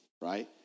right